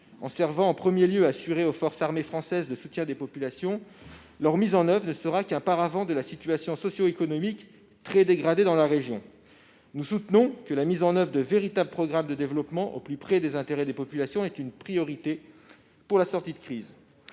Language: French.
et servent en premier lieu à assurer aux forces armées françaises le soutien des populations, leur mise en oeuvre ne sera qu'un paravent de la situation socio-économique très dégradée dans la région. Nous soutenons que la mise en oeuvre de véritables programmes de développement au plus près des intérêts des populations est une priorité pour la sortie de crise.